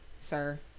sir